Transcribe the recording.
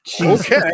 okay